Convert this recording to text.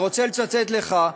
אני רוצה לצטט לך,